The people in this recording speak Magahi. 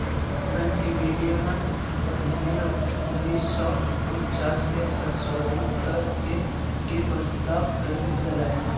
बैंक विनियमन अधिनियम उन्नीस सौ उनचास के संशोधित कर के के प्रस्ताव कइल गेलय